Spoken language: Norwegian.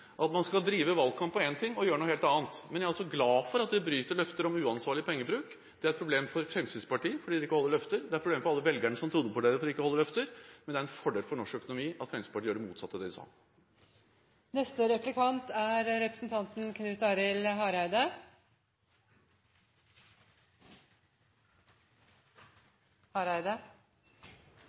at man skal drive valgkamp på én ting, og gjøre noe helt annet. Men jeg er altså glad for at de bryter løfter om uansvarlig pengebruk. Det er et problem for Fremskrittspartiet, fordi de ikke holder løfter, det er et problem for alle velgerne som trodde på dem, fordi de ikke holder løfter, men det er en fordel for norsk økonomi at Fremskrittspartiet gjør det motsatte av det de sa. Det var litt av ein kritikk av kontantstøtta. Det er